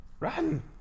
Run